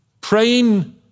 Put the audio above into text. Praying